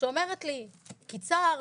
שאומרת לי: קיצרת,